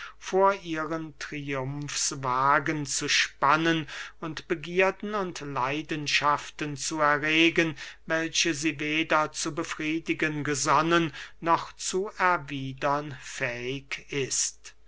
vor ihren triumfswagen zu spannen und begierden und leidenschaften zu erregen welche sie weder zu befriedigen gesonnen noch zu erwiedern fähig ist